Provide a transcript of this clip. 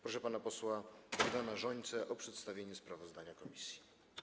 Proszę pana posła Bogdana Rzońcę o przedstawienie sprawozdania komisji.